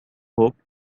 hope